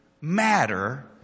matter